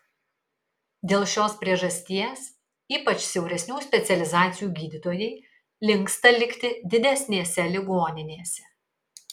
dėl šios priežasties ypač siauresnių specializacijų gydytojai linksta likti didesnėse ligoninėse